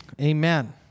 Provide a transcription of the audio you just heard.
Amen